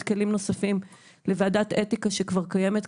כלים נוספים לוועדת אתיקה שכבר קיימת,